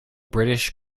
british